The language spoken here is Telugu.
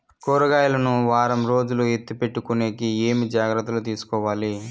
కూరగాయలు ను వారం రోజులు ఎత్తిపెట్టుకునేకి ఏమేమి జాగ్రత్తలు తీసుకొవాలి?